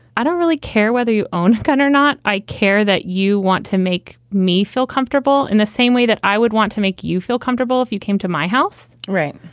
i don't really care whether you own a gun or not. i care that you want to make me feel comfortable in the same way that i would want to make you feel comfortable if you came to my house. right.